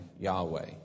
Yahweh